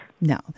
No